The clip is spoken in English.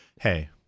hey